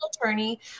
attorney